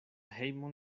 hejmon